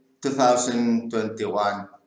2021